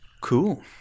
Cool